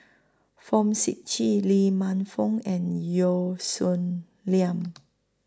Fong Sip Chee Lee Man Fong and Yeo Song Nian